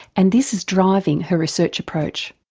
and this is driving her research approach.